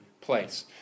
place